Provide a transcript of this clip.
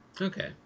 okay